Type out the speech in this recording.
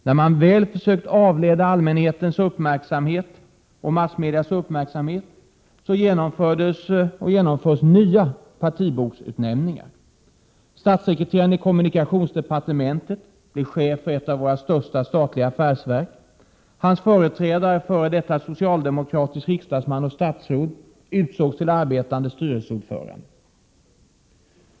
När man väl försökt avleda allmänhetens och massmedias uppmärksamhet, genomförs nya partiboksutnämningar. Statssekreteraren i kommunikationsdepartementet blev chef för ett av våra största statliga affärsverk. Hans företrädare, före detta socialdemokratisk riksdagsman och statsråd, utsågs till arbetande styrelseordförande.